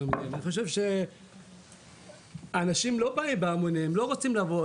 אני חושב שאנשים לא באים בהמוניהם, לא רוצים לבוא.